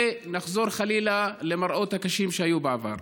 ונחזור חלילה למראות הקשים שהיו בעבר.